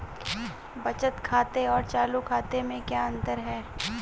बचत खाते और चालू खाते में क्या अंतर है?